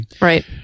Right